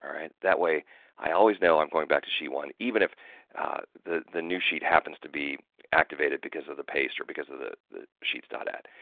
right! that way i always know, i'm going back to sheet one even if the the new sheet happens to be activated because of the paste or because of the the sheets dot add.